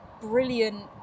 brilliant